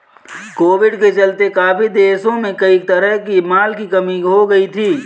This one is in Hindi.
कोविड के चलते काफी देशों में कई तरह के माल की कमी हो गई थी